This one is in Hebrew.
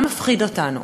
מה מפחיד אותנו?